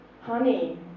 honey